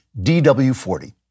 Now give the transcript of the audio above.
DW40